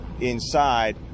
inside